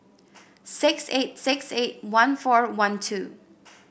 six eight six eight one four one two